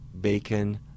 bacon